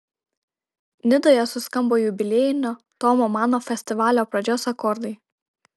nidoje suskambo jubiliejinio tomo mano festivalio pradžios akordai